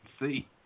see